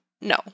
No